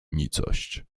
nicość